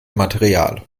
material